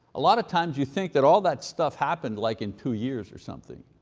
a lot of times you think that all that stuff happened like in two years or something,